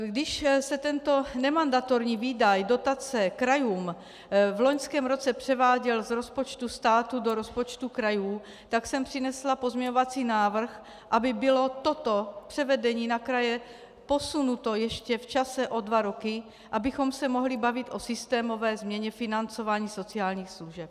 Když se tento nemandatorní výdaj, dotace krajům, v loňském roce převáděl z rozpočtu státu do rozpočtu krajů, tak jsem přinesla pozměňovací návrh, aby bylo toto převedení na kraje posunuto ještě v čase o dva roky, abychom se mohli bavit o systémové změně financování sociálních služeb.